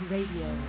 Radio